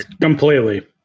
completely